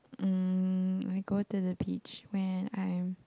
mm I go to the beach when I'm